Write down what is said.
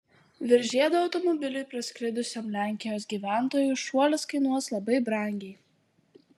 virš žiedo automobiliu praskridusiam lenkijos gyventojui šuolis kainuos labai brangiai